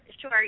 sure